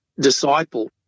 disciple